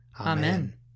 Amen